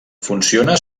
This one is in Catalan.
funciona